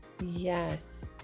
Yes